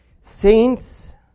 Saints